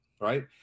right